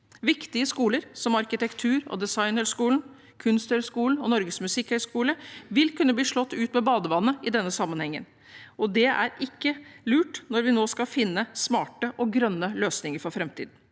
Viktige skoler som Arkitektur- og designhøgskolen, Kunsthøgskolen og Norges musikkhøgskole vil kunne bli slått ut med badevannet i denne sammenhengen, og det er ikke lurt når vi nå skal finne smarte og grønne løsninger for framtiden.